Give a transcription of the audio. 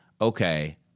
okay